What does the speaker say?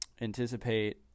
anticipate